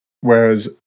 Whereas